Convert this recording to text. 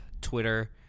Twitter